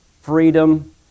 freedom